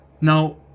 now